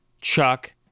Chuck